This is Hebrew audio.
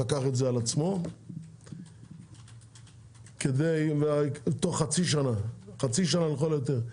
לקחתם את זה על עצמכם; תוך חצי שנה לכל היותר,